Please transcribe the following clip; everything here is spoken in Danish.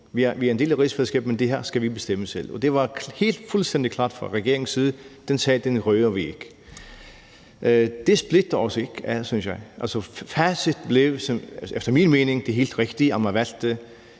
Vi er en del af rigsfællesskabet, men det her skal vi bestemme selv, og det var fuldstændig klart fra regeringens side: Den sag rører vi ikke. Det splitter os ikke, synes jeg. Facit blev efter min mening det helt rigtige, nemlig at vi valgte en